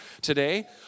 today